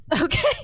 Okay